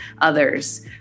others